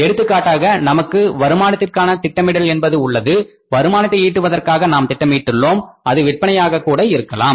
எடுத்துக்காட்டாக நமக்கு வருமானத்திற்கான திட்டமிடல் என்பது உள்ளது வருமானத்தை ஈட்டுவதற்காக நாம் திட்டமிட்டுள்ளோம் அது விற்பனையாக கூட இருக்கலாம்